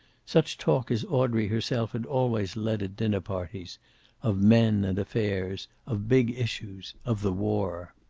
such talk as audrey herself had always led at dinner parties of men and affairs, of big issues, of the war.